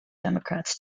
democrats